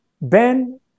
ben